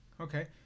Okay